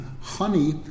honey